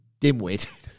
dimwit